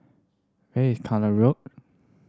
where is Kallang Road